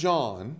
John